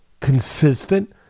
consistent